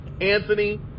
Anthony